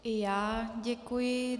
I já děkuji.